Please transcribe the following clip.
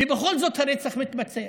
ובכל זאת הרצח מתבצע,